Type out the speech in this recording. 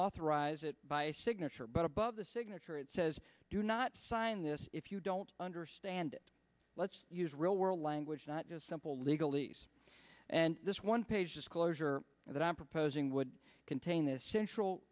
authorize it by signature but above the signature it says do not sign this if you don't understand it let's use real world language not just simple legal ease and this one page disclosure that i'm proposing would contain this central